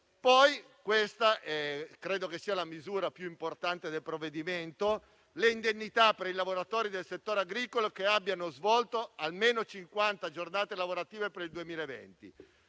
poi quella che credo sia la misura più importante del provvedimento. Mi riferisco alle indennità per i lavoratori del settore agricolo che abbiano svolto almeno 50 giornate lavorative per il 2020